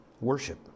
worship